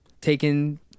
taken